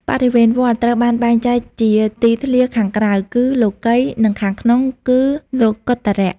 បរិវេណវត្ត ត្រូវបានបែងចែកជាទីធ្លាខាងក្រៅ គឺលោកិយ និងខាងក្នុង គឺលោកុត្តរៈ។